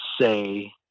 say